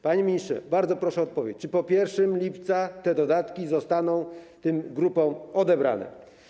Panie ministrze, bardzo proszę o odpowiedź, czy po 1 lipca te dodatki zostaną tym grupom odebrane.